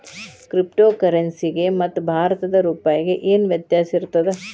Crypto ಕರೆನ್ಸಿಗೆ ಮತ್ತ ಭಾರತದ್ ರೂಪಾಯಿಗೆ ಏನ್ ವ್ಯತ್ಯಾಸಿರ್ತದ?